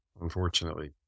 unfortunately